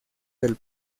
del